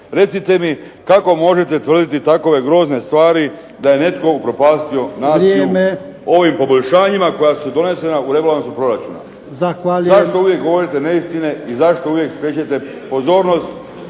Recite mi kako možete tvrditi takove grozne stvari da je netko upropastio naciju ovim poboljšanjima koja su donesena u rebalansu proračuna. Zašto uvijek govorite neistine i zašto uvijek skrećete pozornost